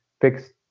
fixed